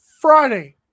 Friday